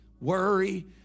worry